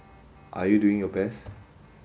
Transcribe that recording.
are you doing your best